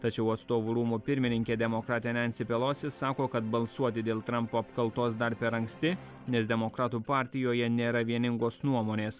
tačiau atstovų rūmų pirmininkė demokratė nensi pelosi sako kad balsuoti dėl trampo apkaltos dar per anksti nes demokratų partijoje nėra vieningos nuomonės